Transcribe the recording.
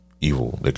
evil